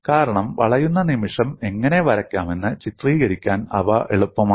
കാരണം വളയുന്ന നിമിഷം എങ്ങനെ വരയ്ക്കാമെന്ന് ചിത്രീകരിക്കാൻ അവ എളുപ്പമാണ്